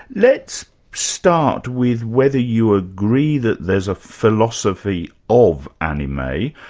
let's start with whether you agree that there's a philosophy of anime,